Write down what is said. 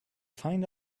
find